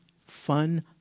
fun